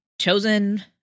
chosen